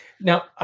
Now